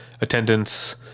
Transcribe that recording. attendance